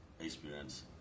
experience